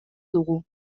dugu